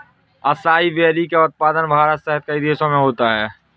acai berry का उत्पादन भारत सहित कई देशों में होता है